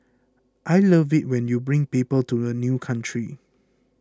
I love it when you bring people to a new country